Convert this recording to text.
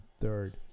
third